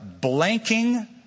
blanking